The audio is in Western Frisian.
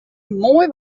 moai